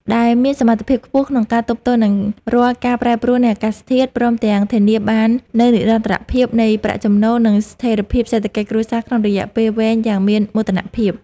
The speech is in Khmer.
ដែលមានសមត្ថភាពខ្ពស់ក្នុងការទប់ទល់នឹងរាល់ការប្រែប្រួលនៃអាកាសធាតុ ព្រមទាំងធានាបាននូវនិរន្តរភាពនៃប្រាក់ចំណូល និងស្ថិរភាពសេដ្ឋកិច្ចគ្រួសារក្នុងរយៈពេលវែងយ៉ាងមានមោទនភាព។